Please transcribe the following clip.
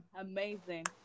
amazing